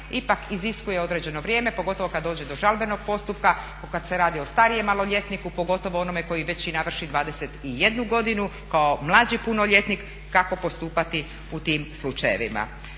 ipak iziskuje određeno vrijeme, pogotovo kad dođe do žalbenog postupka, kad se radi o starijem maloljetniku, pogotovo onome koji već i navrši 21 godinu kao mlađi punoljetnik, kako postupati u tim slučajevima.